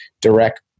direct